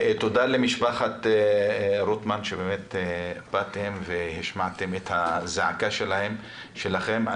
תודה למשפחת רוטמן שבאתם והשמעתם את הזעקה שלכם.